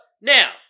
Now